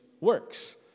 works